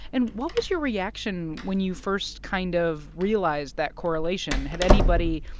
and what was your reaction when you first kind of realized that correlation? had anybody,